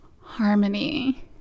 harmony